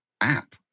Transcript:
app